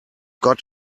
got